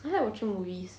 I like watching movies